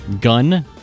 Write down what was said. Gun